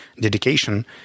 dedication